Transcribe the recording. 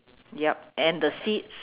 yup and the seats